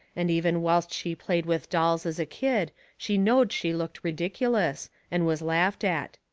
and even whilst she played with dolls as a kid she knowed she looked ridiculous, and was laughed at.